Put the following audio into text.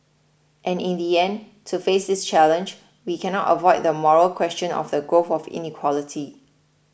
and in the end to face this challenge we cannot avoid the moral question of the growth of inequality